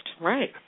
right